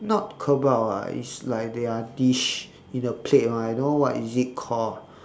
not kebab ah it's like their dish in a plate one I don't know what is it call